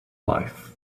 life